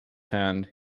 hand